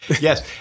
yes